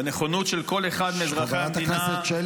בנכונות של כל אחד מאזרחי המדינה" חברת הכנסת שלי,